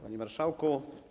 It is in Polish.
Panie Marszałku!